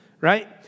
Right